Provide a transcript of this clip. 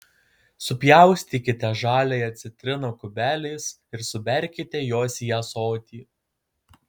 supjaustykite žaliąją citriną kubeliais ir suberkite juos į ąsotį